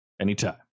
Anytime